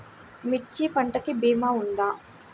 మిర్చి పంటకి భీమా ఉందా?